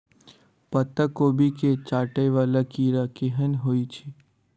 पत्ता कोबी केँ चाटय वला कीड़ा केहन होइ छै?